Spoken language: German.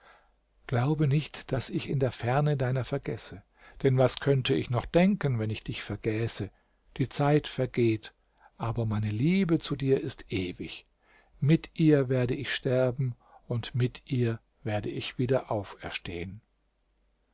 glaube nicht daß ich in der ferne deiner vergesse denn was könnte ich noch denken wenn ich dich vergäße die zeit vergeht aber meine liebe zu dir ist ewig mit ihr werde ich sterben und mit ihr werde ich wieder auferstehen